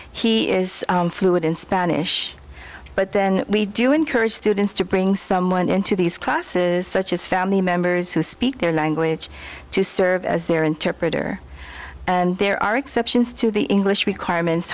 fluent in spanish but then we do encourage students to bring someone into these classes such as family members who speak their language to serve as their interpreter and there are exceptions to the english requirements